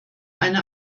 eine